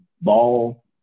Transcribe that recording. ball